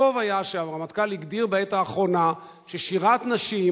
טוב היה שהרמטכ"ל הגדיר בעת האחרונה ששירת נשים,